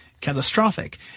catastrophic